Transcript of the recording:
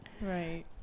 Right